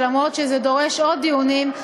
ולמרות הדרישה לעוד דיונים,